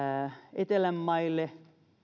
etelän maille